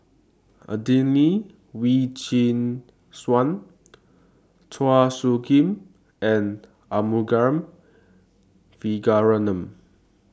Adelene Wee Chin Suan Chua Soo Khim and Arumugam Vijiaratnam